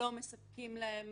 לא מספקים להן